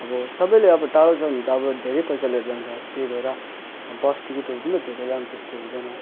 अब सबैले अब टाढो छ भने त अब धेरै पैसा लिएर जान्छ त्यही भएर बस टिकटहरू पनि त धेरै दाम त्यस्तो हुँदैन